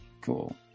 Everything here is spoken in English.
Cool